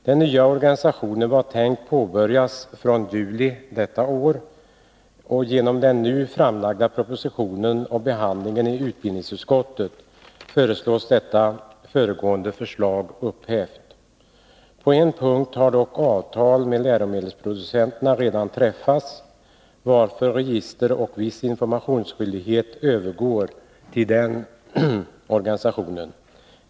Den nya organisationen var tänkt att ta sin början fr.o.m. juli detta år. Genom den nu framlagda propositionen och behandlingen i utbildningsutskottet föreslås det föregående förslaget upphävt. På en punkt har dock avtal med läromedelsproducenterna redan träffats, varför register och viss informationsskyldighet övergår till den organisationen.